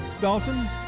Dalton